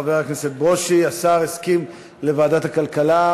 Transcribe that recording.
חבר הכנסת ברושי.השר הסכים לוועדת הכלכלה.